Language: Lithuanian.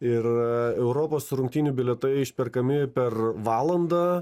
ir europos rungtynių bilietai išperkami per valandą